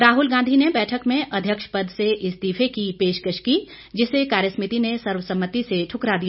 राहल गांधी ने बैठक में अध्यक्ष पद से इस्तीफे की पेशकश की जिसे कार्यसमिति ने सर्वसम्मति से दुकरा दिया